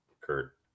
Kurt